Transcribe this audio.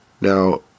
Now